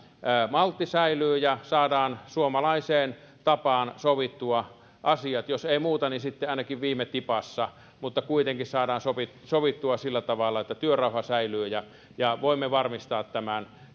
maltti säilyy ja saadaan suomalaiseen tapaan sovittua asiat jos ei muuta niin sitten ainakin viime tipassa mutta kuitenkin saadaan sovittua sovittua sillä tavalla että työrauha säilyy ja ja voimme varmistaa tämän